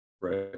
right